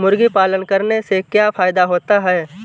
मुर्गी पालन करने से क्या फायदा होता है?